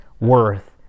worth